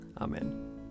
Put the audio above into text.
Amen